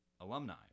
alumni